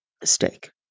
mistake